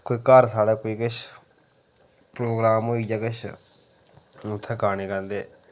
कोई घर साढ़े कोई किश प्रोग्राम होई गेआ किश ते उत्थै गाने गांदे